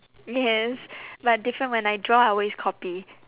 yes but different when I draw I always copy